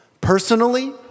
personally